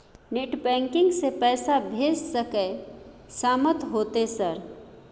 Net banking से पैसा भेज सके सामत होते सर?